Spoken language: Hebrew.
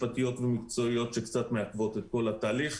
משפטיות ומקצועיות שקצת מעכבות את כל התהליך.